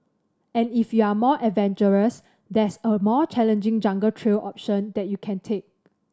and if you're more adventurous there's a more challenging jungle trail option that you can take